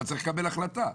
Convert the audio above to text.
אבל צריך לקבל החלטה.